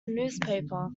newspaper